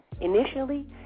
Initially